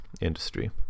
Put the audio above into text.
industry